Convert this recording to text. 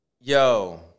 yo